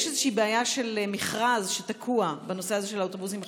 יש איזו בעיה של מכרז שתקוע בנושא של האוטובוסים החשמליים,